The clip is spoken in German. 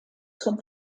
zum